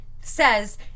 says